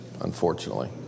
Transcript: Unfortunately